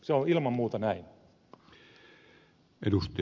se on ilman muuta näin